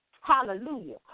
Hallelujah